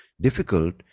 difficult